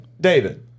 David